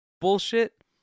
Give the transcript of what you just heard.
bullshit